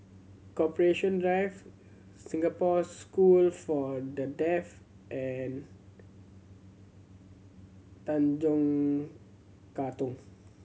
Corporation Drive Singapore School for The Deaf and Tanjong Katong